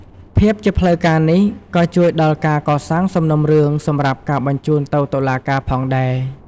ភាពជាផ្លូវការនេះក៏ជួយដល់ការកសាងសំណុំរឿងសម្រាប់ការបញ្ជូនទៅតុលាការផងដែរ។